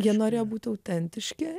jie norėjo būti autentiški